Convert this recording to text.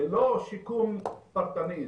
זה לא שיקום פרטני,